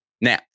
now